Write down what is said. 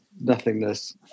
nothingness